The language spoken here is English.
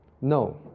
No